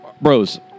Bros